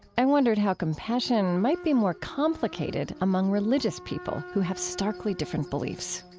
i wondered how compassion might be more complicated among religious people who have starkly different beliefs